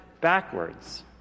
backwards